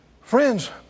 Friends